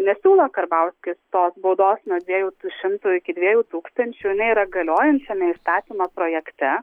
nesiūlo karbauskis tos baudos nuo dviejų tų šimtų iki dviejų tūkstančių jinai yra galiojančiame įstatymo projekte